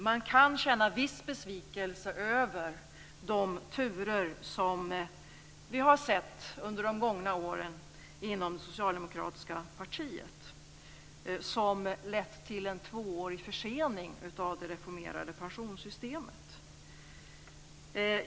Man kan känna viss besvikelse över de turer som vi har sett under de gångna åren inom det socialdemokratiska partiet som lett till en tvåårig försening av det reformerade pensionssystemet.